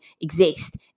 exist